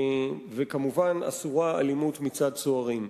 וכמובן אסורה אלימות מצד סוהרים.